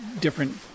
different